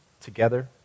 together